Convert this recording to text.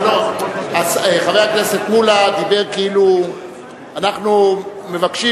אבל חבר הכנסת מולה דיבר כאילו אנחנו מבקשים